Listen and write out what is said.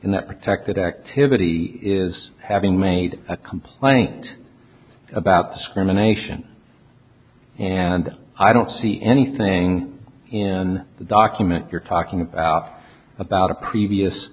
and that protected activity is having made a complaint about discrimination and i don't see anything in the document you're talking about about a previous